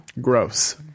gross